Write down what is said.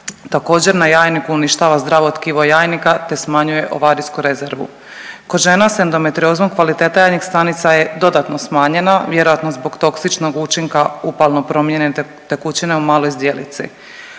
Također na jajniku uništava zdravo tkivo jajnika, te smanjuje ovarijsku rezervu. Kod žena s endometriozom kvaliteta jajnih stanica je dodatno smanjena vjerojatno zbog toksičnog učinka upalne promjene tekućine u maloj zdjelici.